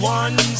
one